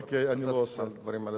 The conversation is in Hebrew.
אוקיי, אני לא עושה את הדברים האלה.